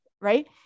right